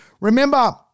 Remember